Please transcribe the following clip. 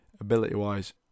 ability-wise